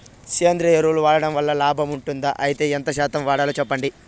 సేంద్రియ ఎరువులు వాడడం వల్ల లాభం ఉంటుందా? అయితే ఎంత శాతం వాడాలో చెప్పండి?